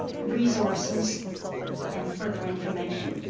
resources and further information.